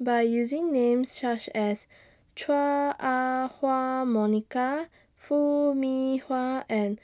By using Names such as Chua Ah Huwa Monica Foo Mee and